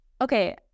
okay